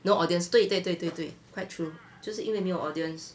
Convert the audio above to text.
no audience 对对对对对 quite true 就是因为没有 audience